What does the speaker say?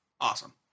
Awesome